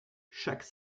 chaque